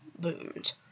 boomed